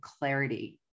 clarity